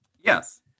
Yes